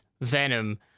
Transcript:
Venom